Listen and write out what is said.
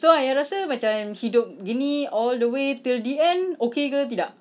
so ayah rasa macam hidup gini all the way till the end okay ke tidak